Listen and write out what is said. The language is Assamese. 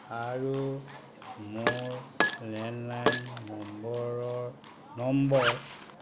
আৰু মোৰ লেণ্ডলাইন নম্বৰৰ নম্বৰ